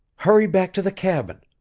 hurry back to the cabin!